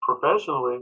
professionally